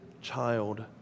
Child